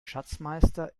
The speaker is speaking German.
schatzmeister